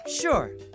Sure